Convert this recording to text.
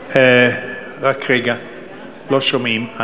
כנסת נכבדים, אין ספק כי המעמד הזה היום, שבו אני